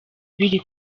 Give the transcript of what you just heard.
biri